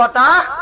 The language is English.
da